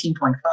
18.5